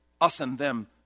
us-and-them